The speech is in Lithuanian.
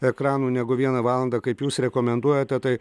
ekranų negu vieną valandą kaip jūs rekomenduojate tai